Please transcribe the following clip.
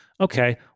okay